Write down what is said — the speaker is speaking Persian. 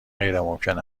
غیرممکن